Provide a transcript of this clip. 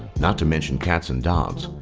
not to mention cats and dogs.